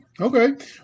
Okay